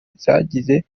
zagiye